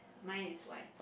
mine is white